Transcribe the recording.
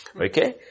okay